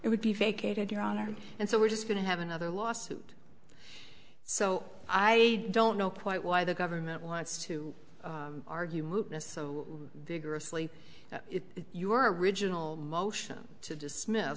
it would be vacated your honor and so we're just going to have another lawsuit so i don't know quite why the government wants to argue movements so vigorously your original motion to dismiss